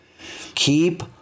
keep